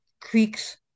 creeks